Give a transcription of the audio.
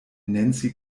nancy